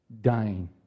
dying